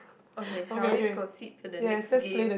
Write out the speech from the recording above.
okay shall we proceed to the next game